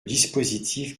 dispositif